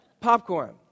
Popcorn